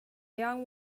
young